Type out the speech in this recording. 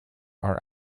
are